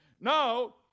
Now